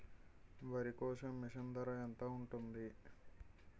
వరి కోసే మిషన్ ధర ఎంత ఉంటుంది?